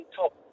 top